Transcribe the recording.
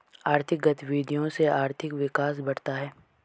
आर्थिक गतविधियों से आर्थिक विकास बढ़ता है